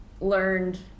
learned